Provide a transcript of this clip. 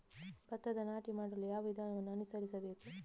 ಭತ್ತದ ನಾಟಿ ಮಾಡಲು ಯಾವ ವಿಧಾನವನ್ನು ಅನುಸರಿಸಬೇಕು?